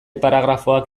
paragrafoak